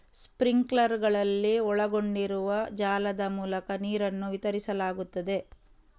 ಸ್ಪ್ರಿಂಕ್ಲರುಗಳಲ್ಲಿ ಒಳಗೊಂಡಿರುವ ಜಾಲದ ಮೂಲಕ ನೀರನ್ನು ವಿತರಿಸಲಾಗುತ್ತದೆ